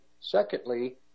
Secondly